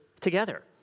together